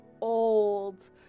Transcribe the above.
old